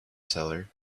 seller